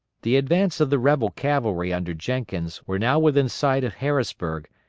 the advance of the rebel cavalry under jenkins were now within sight of harrisburg,